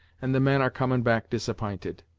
and the men are comin' back disapp'inted.